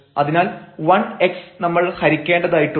അതിനാൽ 1 x നമ്മൾ ഹരിക്കേണ്ടതായിട്ടുണ്ട്